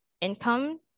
income